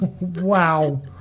Wow